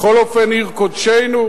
בכל אופן עיר קודשנו,